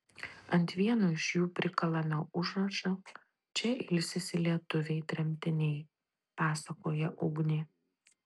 ant vieno iš jų prikalame užrašą čia ilsisi lietuviai tremtiniai pasakoja ugnė